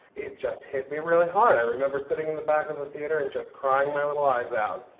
it just hit me really hard. i remember sitting in the back of the theatre and just crying my little eyes out.